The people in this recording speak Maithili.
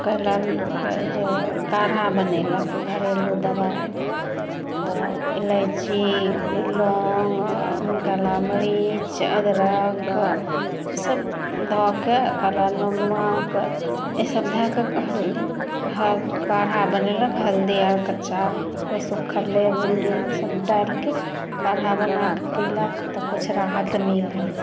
कैलक जे काढ़ा बनेलक घरेलू दबाइ तऽ इलायची लौंग काला मरीच अदरक सब धऽ कऽ काला नमक इसब धऽ कऽ काढ़ा बनैलक हल्दी आर कच्चा कोइ सूक्खलै गूंडी इसब डालिके काढ़ा बनाके पीलक तऽ किछु राहत मिलल